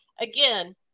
again